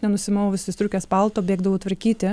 nenusimovusi striukės palto bėgdavau tvarkyti